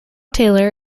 taylor